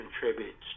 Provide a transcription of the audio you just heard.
contributes